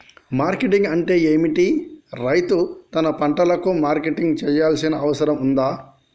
Marketing అంటే ఏమిటి? రైతు తన పంటలకు మార్కెటింగ్ చేయాల్సిన అవసరం ఉందా?